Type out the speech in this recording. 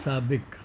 साबिक़ु